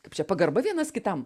kaip čia pagarba vienas kitam